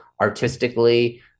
artistically